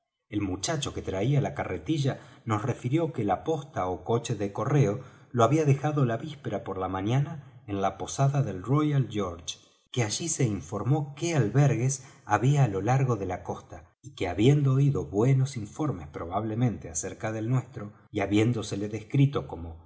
el muchacho que traía la carretilla nos refirió que la posta ó coche del correo lo había dejado la víspera por la mañana en la posada del royal george que allí se informó qué albergues había á lo largo de la costa y que habiendo oído buenos informes probablemente acerca del nuestro y habiéndosele descrito como